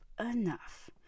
enough